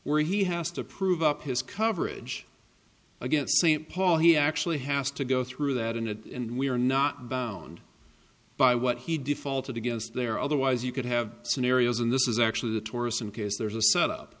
where he has to prove up his coverage against st paul he actually has to go through that and we are not bound by what he defaulted against their otherwise you could have scenarios and this is actually the tourists in case there's a set up